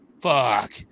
Fuck